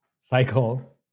cycle